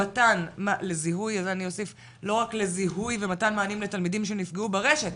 לא רק לזיהוי ומתן מענה לתלמידים שנפגעו ברשת,